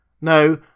No